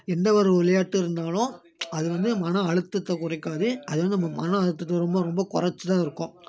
எந்த ஒரு விளையாட்டு இருந்தாலும் அது வந்து மன அழுத்தத்தை குறைக்காது அது வந்து நம்ம மன அழுத்தத்தை ரொம்ப ரொம்ப குறச்சிதான் இருக்கும்